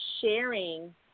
sharing